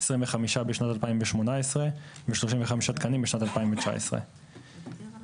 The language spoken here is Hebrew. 25 תקנים בשנת 2018 ו-35 תקנים בשנת 2019. בסך הכול